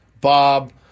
Bob